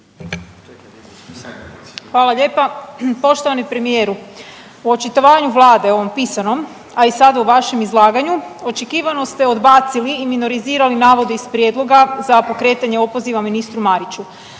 Hvala lijepa. Poštovani premijeru, u očitovanju vlade u ovom pisanom, a i sada u vašem izlaganju očekivano ste odbacili i miniorizirali navode iz prijedloga za pokretanje opoziva ministru Mariću.